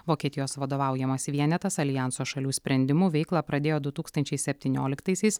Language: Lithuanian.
vokietijos vadovaujamas vienetas aljanso šalių sprendimu veiklą pradėjo du tūkstančiai septynioliktaisiais